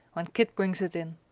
when kit brings it in.